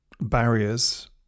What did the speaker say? barriers